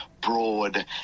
broad